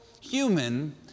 Human